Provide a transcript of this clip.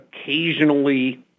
occasionally